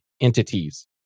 entities